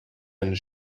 and